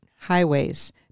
highways